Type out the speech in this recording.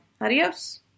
Adios